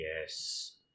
yes